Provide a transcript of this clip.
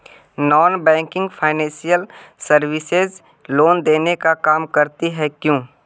Non banking financial services loan देने का काम करती है क्यू?